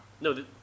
No